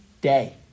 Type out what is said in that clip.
day